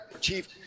Chief